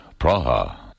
Praha